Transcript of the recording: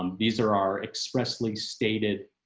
um these are are expressly stated